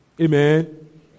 Amen